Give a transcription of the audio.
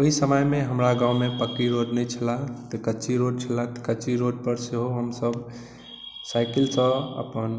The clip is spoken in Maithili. ओहि समयमे हमरा गाँवमे पक्की रोड नहि छलै तऽ कच्ची रोड छलै तऽ कच्ची रोडपर सेहो हमसब साइकिलसँ अपन